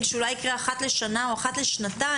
שאולי יקרה אחת לשנה או אחת לשנתיים,